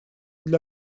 для